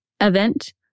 Event